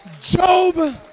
job